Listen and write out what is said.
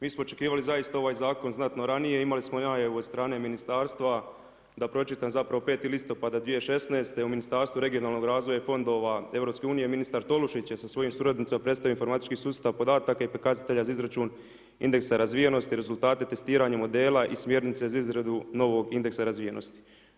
Mi smo očekivali zaista ovaj zakon znatno ranije, imali smo najavu od strane ministarstva da pročitam zapravo 5. listopada 2016. u Ministarstvu regionalnog razvoja i fondova EU ministar Tolušić je sa svojim suradnicima predstavio informatički sustav podataka i pokazatelja za izračun indeksa razvijenosti, rezultate testiranja modela i smjernice za izradu novog indeksa razvijenosti.